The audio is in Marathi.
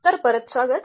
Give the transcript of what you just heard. तर परत स्वागत